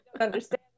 understand